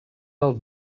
del